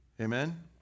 Amen